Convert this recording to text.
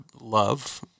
love